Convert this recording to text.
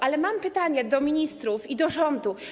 Ale mam pytanie do ministrów i do rządu: